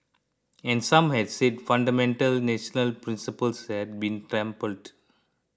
and some had said fundamental national principles had been trampled